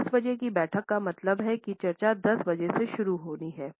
तो 10 बजे की बैठक का मतलब है कि चर्चा 10 बजे से शुरू होनी है